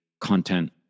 content